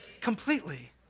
completely